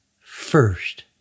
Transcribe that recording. first